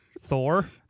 Thor